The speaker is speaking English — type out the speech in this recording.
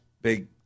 big